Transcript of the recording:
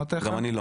אני לא.